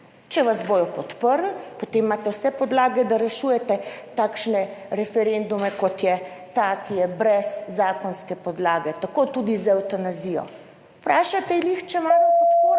Če vas bodo podprli, potem imate vse podlage, da rešujete takšne referendume, kot je ta, ki je brez zakonske podlage, tako tudi z evtanazijo. Vprašajte jih, če ima podporo